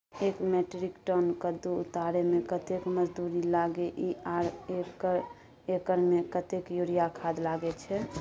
एक metric tonne कद्दू उतारे में कतेक मजदूरी लागे इ आर एक एकर में कतेक यूरिया खाद लागे छै?